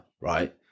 right